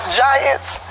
giants